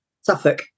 Suffolk